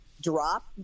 drop